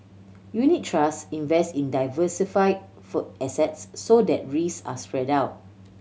unit trust invest in diversify for assets so that risk are spread out